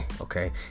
Okay